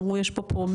אמרו יש פה פרומיל,